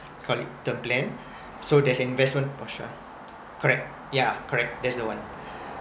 call it term plan so there's an investment portion correct yeah correct that's the one